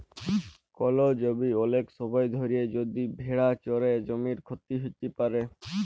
call জমিতে ওলেক সময় ধরে যদি ভেড়া চরে জমির ক্ষতি হ্যত প্যারে